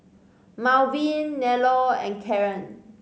Malvin Nello and Caren